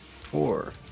four